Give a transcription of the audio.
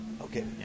Okay